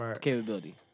capability